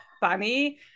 funny